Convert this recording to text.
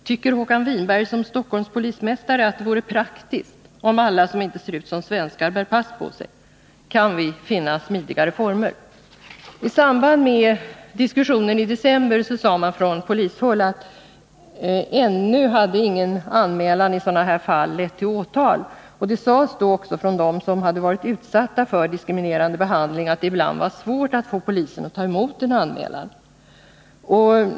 Tycker Håkan Winberg som Stockholms polismästare att det vore praktiskt om alla som inte ser ut som svenskar bär pass på sig? Kan vi finna smidigare former? I samband med diskussionen i december sade man från polishåll, att ännu ingen anmälan i sådana här fall hade lett till åtal. Det sades också av dem som hade varit utsatta för diskriminerande behandling, att det ibland var svårt att få polisen att ta emot en anmälan.